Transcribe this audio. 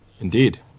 Indeed